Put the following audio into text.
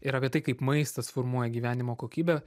ir apie tai kaip maistas formuoja gyvenimo kokybę